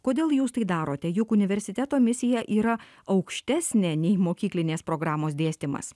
kodėl jūs tai darote juk universiteto misija yra aukštesnė nei mokyklinės programos dėstymas